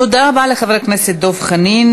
תודה רבה לחבר הכנסת דב חנין.